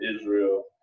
Israel